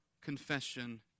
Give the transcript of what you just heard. confession